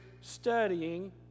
studying